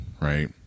right